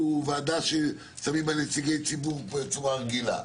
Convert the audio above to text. ועדה ששמים בה נציגי ציבור בצורה רגילה.